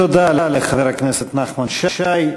תודה לחבר הכנסת נחמן שי.